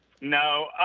No